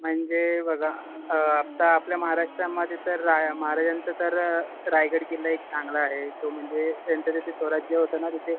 म्हणजे बघा आत्ता आपल्या महाराष्ट्रामध्ये तर राय महाराजांचं तर रायगड किल्ला एक चांगला आहे तो म्हणजे त्यांचं जेथे स्वराज्य होतं ना तिथे